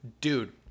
Dude